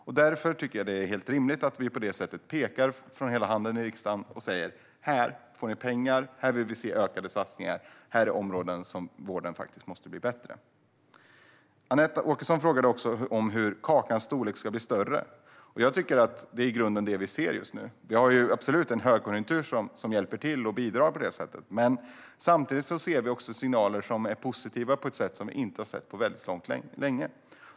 Det är därför helt rimligt att riksdagen pekar med hela handen och säger att här finns pengar, här ska ske ökade satsningar och det här är områden där vården måste bli bättre. Anette Åkesson undrade hur kakans storlek ska bli större. Det är vad vi i grunden ser just nu. Högkonjunkturen hjälper till och bidrar. Samtidigt ser vi positiva signaler som vi inte har sett på länge.